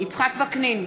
יצחק וקנין,